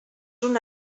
una